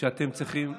שאתם צריכים.